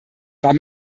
war